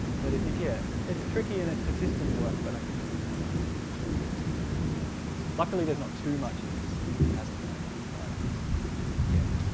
but it it yeah it's tricky and it's persistent work but i think it's easier than it used to be and um luckily there's not too much in this that hasn't been identified yet.